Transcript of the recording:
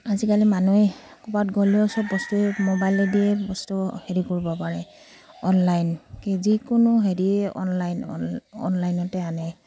আজিকালি মানুহে ক'ৰবাত গ'লেও চব বস্তুৱে মোবাইলৰ দিয়ে বস্তু হেৰি কৰিব পাৰে অনলাইন কি যিকোনো হেৰিয়ে অনলাইন অনলাইনতে আনে